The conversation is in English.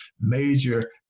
major